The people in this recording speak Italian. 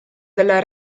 della